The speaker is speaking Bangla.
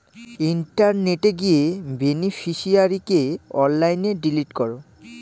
ইন্টারনেটে গিয়ে বেনিফিশিয়ারিকে অনলাইনে ডিলিট করো